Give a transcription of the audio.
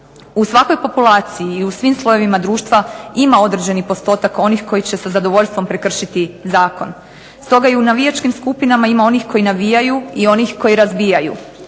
U svakoj populaciji, i u svim slojevima društva ima određeni postotak onih koji će sa zadovoljstvom prekršiti zakon, stoga i u navijačkim skupinama ima onih koji navijaju i onih koji razbijaju.